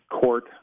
court